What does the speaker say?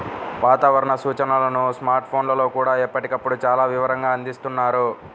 వాతావరణ సూచనలను స్మార్ట్ ఫోన్లల్లో కూడా ఎప్పటికప్పుడు చాలా వివరంగా అందిస్తున్నారు